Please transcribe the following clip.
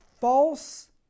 false